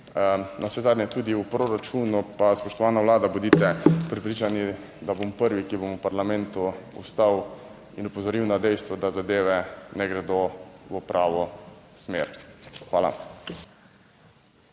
navsezadnje tudi v proračunu, pa spoštovana Vlada, bodite prepričani, da bom prvi, ki bom v parlamentu ostal in opozoril na dejstvo, da zadeve ne gredo v pravo smer. Hvala.